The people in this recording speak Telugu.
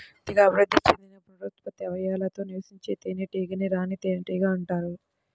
పూర్తిగా అభివృద్ధి చెందిన పునరుత్పత్తి అవయవాలతో నివసించే తేనెటీగనే రాణి తేనెటీగ అంటారు